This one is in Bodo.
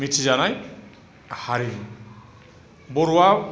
मिथिजानाय हारिमु बर'आव